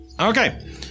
Okay